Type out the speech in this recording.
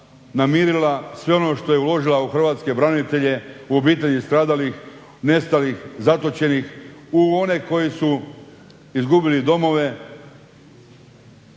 namirila sve ono što je uložila u hrvatske branitelje u obitelji stradalih, nestalih, zatočenih u one koji su izgubili domove.